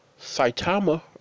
Saitama